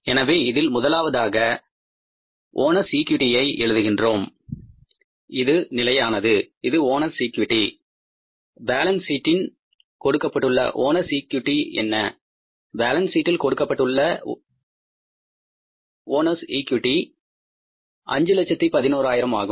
எனவே இதில் முதலாவதாக ஓனர்ஸ் ஈகிவிட்டியைOwner's Equity எழுதுகின்றோம் இது நிலையானது இது ஓனர்ஸ் ஈகியூட்டிOwners equity இருப்புநிலைக் குறிப்பில் கொடுக்கப்பட்டுள்ள ஓனர்ஸ் ஈகியூட்டிOwners equity என்ன இருப்புநிலைக் குறிப்பில் கொடுக்கப்பட்டுள்ள ஓனர்ஸ் ஈகியூட்டிOwners equity 511000 ஆகும்